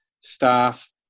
staff